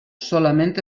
solament